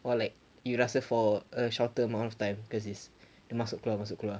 or like you rasa for a shorter amount of time cause it's masuk keluar masuk keluar